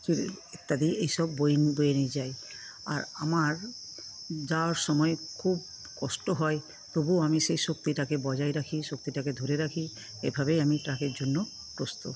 চিঁড়ে ইত্যাদি এইসব বয়ে বয়ে নিয়ে যাই আর আমার যাওয়ার সময়ে খুব কষ্ট হয় তবু আমি সে শক্তিটাকে বজায় রাখি শক্তিটাকে ধরে রাখি এইভাবেই আমি জন্য প্রস্তুত